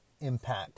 impact